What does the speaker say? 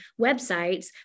websites